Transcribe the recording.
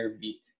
beat